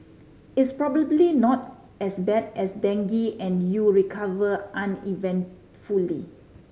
it's probably not as bad as dengue and you recover uneventfully